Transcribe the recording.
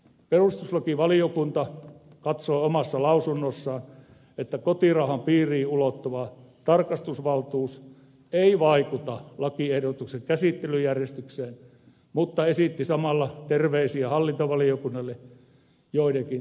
perustuslakivaliokunta katsoi omassa lausunnossaan että kotirauhan piiriin ulottuva tarkastusvaltuus ei vaikuta lakiehdotuksen käsittelyjärjestykseen mutta esitti samalla terveisiä hallintovaliokunnalle joidenkin täsmennysten osalta